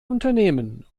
unternehmen